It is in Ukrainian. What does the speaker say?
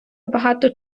багато